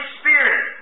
Spirit